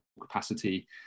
capacity